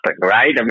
right